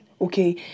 Okay